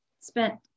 spent